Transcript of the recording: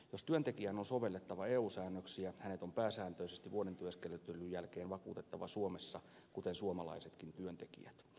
jos työntekijään on sovellettava eu säännöksiä hänet on pääsääntöisesti vuoden työskentelyn jälkeen vakuutettava suomessa kuten suomalaisetkin työntekijät